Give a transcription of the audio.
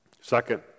Second